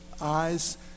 eyes